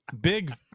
big